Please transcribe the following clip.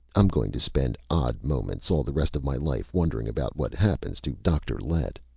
i'm going to spend odd moments all the rest of my life wondering about what happens to dr. lett!